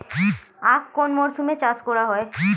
আখ কোন মরশুমে চাষ করা হয়?